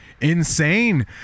insane